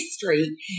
history